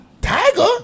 Tiger